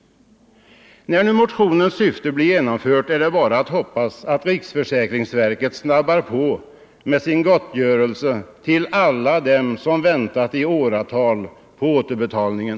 När nu motionens syfte blir genomfört är det bara att hoppas att riksförsäkringsverket snabbar på med sin gottgörelse till alla dem som väntat i åratal på återbetalningen.